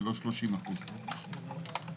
בסוף הסעיפים תהיה התייחסויות לשאלות.